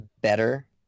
better